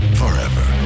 forever